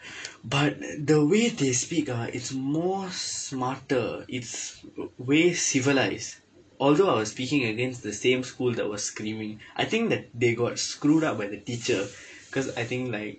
but the way they speak ah it's more smarter it's way civilize although I was speaking against the same school that was screaming I think that they got screwed up by the teacher cause I think like